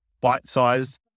bite-sized